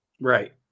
Right